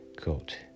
Quote